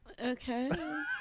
okay